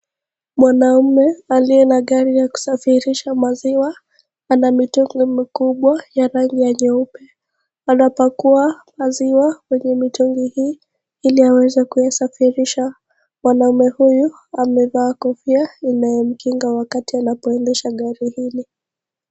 Mwanaume aliye na gari ya kusafirisha maziwa, ana mitungi mikubwa ya rangi ya nyeupe, anapakua maziwa kwenye mitungi hii ili aweze kuyasafirisha, mwanaume huyu amevaa kofia inayo mkinga wakati anaendesha gari hili.